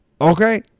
Okay